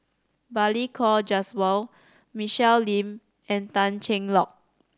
Balli Kaur Jaswal Michelle Lim and Tan Cheng Lock